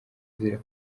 azira